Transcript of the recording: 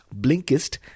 Blinkist